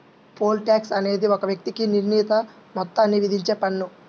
pole tax అనేది ఒక వ్యక్తికి నిర్ణీత మొత్తాన్ని విధించే పన్ను